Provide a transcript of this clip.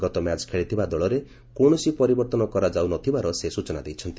ଗତ ମ୍ୟାଚ୍ ଖେଳିଥିବା ଦଳରେ କୌଣସି ପରିବର୍ଭନ କରାଯାଉନଥିବାର ସେ ସୂଚନା ଦେଇଛନ୍ତି